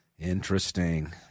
Interesting